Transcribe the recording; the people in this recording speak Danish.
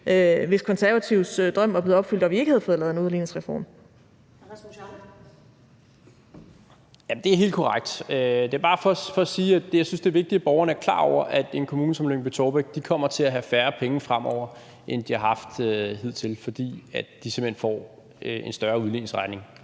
Hr. Rasmus Jarlov. Kl. 20:25 Rasmus Jarlov (KF): Det er helt korrekt. Det er bare for at sige, at jeg synes, det er vigtigt, at borgerne er klar over, at en kommune som Lyngby-Taarbæk kommer til at have færre penge fremover, end de har haft hidtil, fordi de simpelt hen får en større udligningsregning.